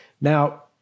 Now